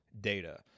data